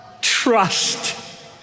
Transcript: trust